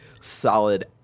solid